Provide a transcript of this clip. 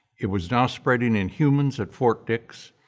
it was now spreading in humans at fort dix,